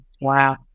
Wow